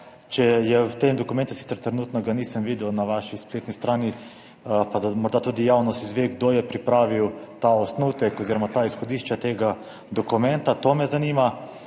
ali je v tem dokumentu – sicer ga trenutno nisem videl na vaši spletni strani, pa da morda tudi javnost izve – [zapisano], kdo je pripravil ta osnutek oziroma izhodišča tega dokumenta. To me zanima.